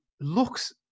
looks